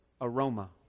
aroma